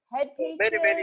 Headpieces